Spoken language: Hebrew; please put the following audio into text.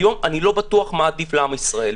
היום אני לא בטוח מה עדיף לעם ישראל.